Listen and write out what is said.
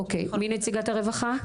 מי נציגת הרווחה?